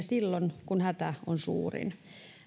silloin kun hätä on suurin